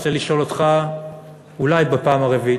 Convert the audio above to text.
רוצה לשאול אותך אולי בפעם הרביעית.